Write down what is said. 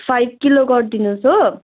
five kilo गरिदिनुहोस् हो